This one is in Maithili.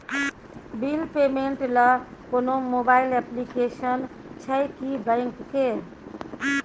बिल पेमेंट ल कोनो मोबाइल एप्लीकेशन छै की बैंक के?